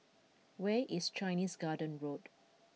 where is Chinese Garden Road